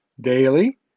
daily